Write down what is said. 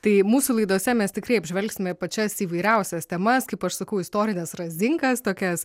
tai mūsų laidose mes tikrai apžvelgsime pačias įvairiausias temas kaip aš sakau istorines razinkas tokias